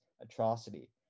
atrocity